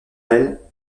elle